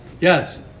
Yes